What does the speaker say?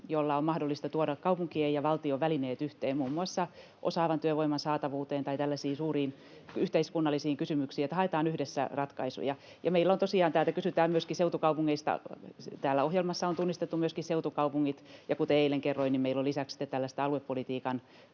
jolla on mahdollista tuoda yhteen kaupunkien ja valtion välineet muun muassa osaavan työvoiman saatavuuteen tai tällaisiin suuriin yhteiskunnallisiin kysymyksiin. Eli haetaan yhdessä ratkaisuja. Meillä on tosiaan — täällä on kysytty myöskin seutukaupungeista — täällä ohjelmassa tunnistettu myöskin seutukaupungit. Ja kuten eilen kerroin, meillä on sitten lisäksi tällainen aluepolitiikan